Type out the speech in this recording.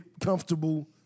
comfortable